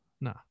nah